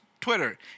Twitter